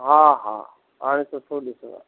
हा हा हाणे सुठो ॾिसंदा